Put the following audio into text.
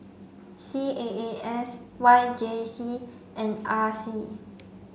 C A A S Y J C and R C